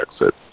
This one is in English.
exit